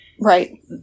Right